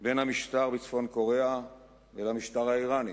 בין המשטר בצפון-קוריאה למשטר האירני: